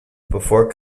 before